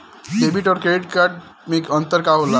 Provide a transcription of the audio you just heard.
Debit और credit card मे अंतर का होला?